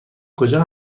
کجا